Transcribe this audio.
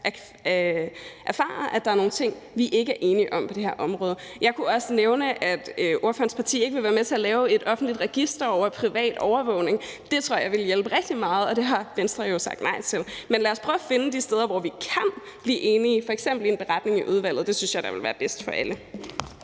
erfare, at der er nogle ting, vi ikke er enige om på det her område. Jeg kunne også nævne, at ordførerens parti ikke vil være med til at lave et offentligt register over privat overvågning. Det tror jeg ville hjælpe rigtig meget, og det har Venstre jo sagt nej til. Men lad os prøve at finde de steder, hvor vi kan blive enige, f.eks. i en beretning i udvalget. Det synes jeg da ville være bedst for alle.